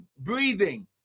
breathing